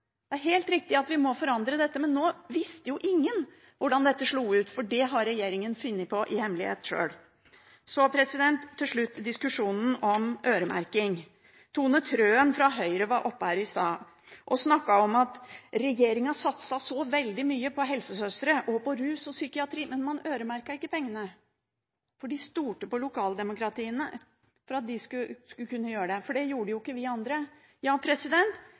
Det er helt riktig at vi må forandre dette, men nå visste jo ingen hvordan dette slo ut, for det har regjeringen funnet på sjøl, i hemmelighet. Så til slutt til diskusjonen om øremerking: Tone Trøen fra Høyre var oppe her i stad og snakket om at regjeringen satset så veldig mye på helsesøstre og på rus og psykiatri, men at man ikke øremerket pengene fordi de stolte på lokaldemokratiene – for det gjorde jo ikke vi andre! Ja, SV vet at kommunene trenger mer penger for å få til dette, og vi